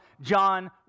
John